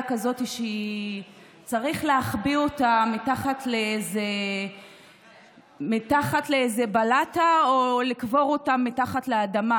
כזאת שצריך להחביא אותה מתחת לאיזה בלטה או לקבור אותה מתחת לאדמה,